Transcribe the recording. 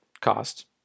cost